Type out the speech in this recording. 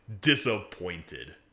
disappointed